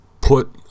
put